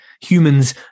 humans